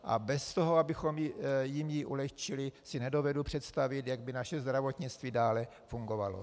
A bez toho, abychom jim ji ulehčili, si nedovedu představit, jak by naše zdravotnictví dále fungovalo.